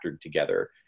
together